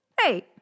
hey